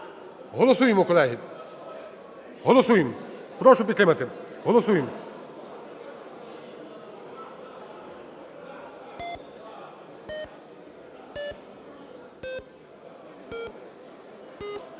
Голосуємо, колеги, голосуємо, прошу підтримати, голосуємо.